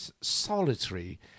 solitary